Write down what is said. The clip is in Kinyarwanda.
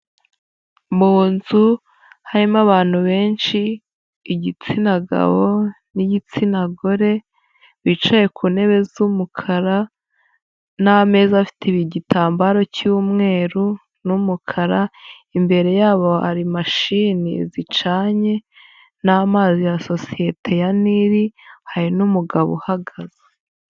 Mu nzu, harimo abantu benshi, igitsina gabo, n'igitsina gore, bicaye ku ntebe z'umukara, n'ameza afite igitambaro cy'umweru n'umukara, imbere yabo hari mashini zicanye, n'amazi ya sosiyete ya Nil, hari n'umugabo uhagaze.